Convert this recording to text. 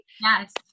Yes